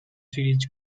series